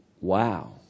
wow